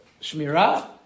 Shmirah